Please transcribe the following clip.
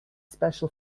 special